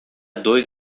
dois